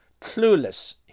clueless